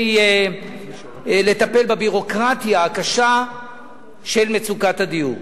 לטפל בביורוקרטיה הקשה של מצוקת הדיור.